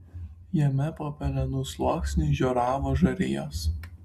jame po pelenų sluoksniu žioravo žarijos